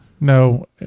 No